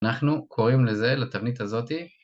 אנחנו קוראים לזה, לתבנית הזאתי